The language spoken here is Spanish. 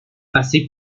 así